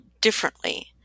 differently